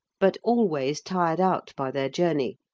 but always tired out by their journey,